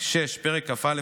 פרק כ"א,